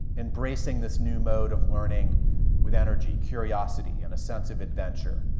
embracing this new mode of learning with energy, curiosity and a sense of adventure.